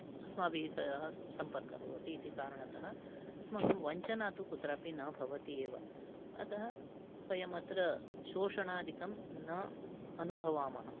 अस्माभिः सह सम्पर्कः भवति इति कारणतः अस्माकं वञ्चना तु कुत्रापि न भवति एव अतः वयमत्र शोषणादिकं न अनुभवामः